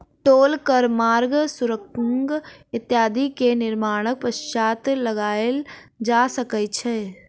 टोल कर मार्ग, सुरंग इत्यादि के निर्माणक पश्चात लगायल जा सकै छै